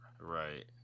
Right